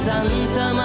Santa